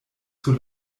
sur